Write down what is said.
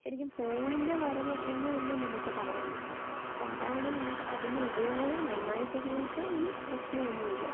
ശരിക്കും ഫോണിൻ്റെ വരവ് എന്ന് തന്നെ നമുക്ക് പറയാൻ പറ്റും അപ്പം അതാണ് നമുക്ക് അതിൻ്റെ ഉപയോഗം നന്നായിട്ട് ഉപയോഗിച്ചാൽ അതിന് പ്രശ്നമൊന്നും ഇല്ല